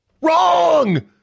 Wrong